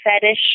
fetish